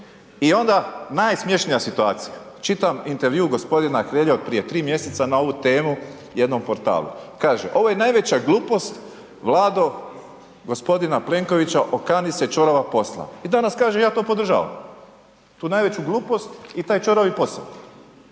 I onda najsmješnija situacija. Čitam intervju g. Hrelje od prije 3 mjeseca na ovu temu u jednom portalu. Kaže, ovo je najveća glupost Vlado g. Plenkovića, okani se ćorava posla. I danas kaže, ja to podržavam. Tu najveću glupost i taj ćoravi posao.